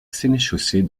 sénéchaussée